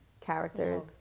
characters